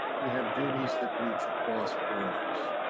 we have duties that reach across borders.